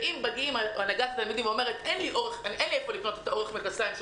ואם באה הנהגת התלמידים ואומרת: אין לי איפה לקנות מכנסיים באורך